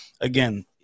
again